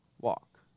walk